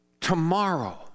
tomorrow